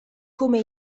come